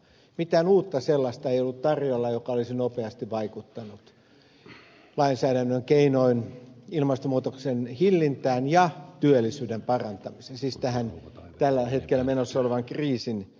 mitään uutta sellaista ei ollut tarjolla joka olisi nopeasti vaikuttanut lainsäädännön keinoin ilmastonmuutoksen hillintään ja työllisyyden parantamiseen siis tähän tällä hetkellä menossa olevan kriisin hoitamiseen